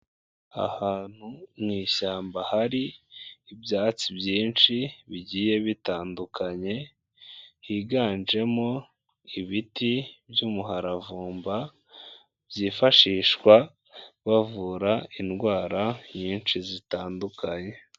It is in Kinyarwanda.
Ahantu mu ishyamba hari ibyatsi byinshi bigiye bitandukanye, higanjemo ibiti by'umuharavumba byifashishwa bavura indwara nyinshi zitandukanye.